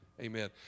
Amen